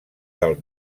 del